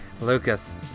Lucas